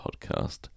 podcast